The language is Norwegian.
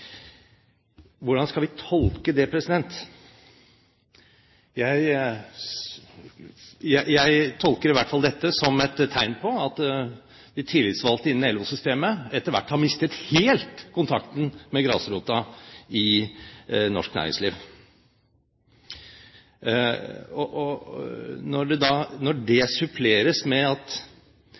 Hvordan skal vi tolke det? Jeg tolker i hvert fall dette som et tegn på at de tillitsvalgte innen LO-systemet etter hvert helt har mistet kontakten med grasrota i norsk næringsliv, når det suppleres med klagemål over at